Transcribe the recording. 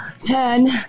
Ten